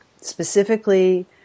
specifically